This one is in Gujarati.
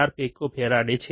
4 પીકોફરાડ છે